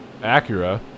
Acura